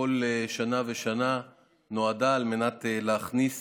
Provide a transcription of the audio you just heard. כל שנה ושנה, נועדה להכניס